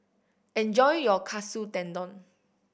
enjoy your Katsu Tendon